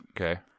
Okay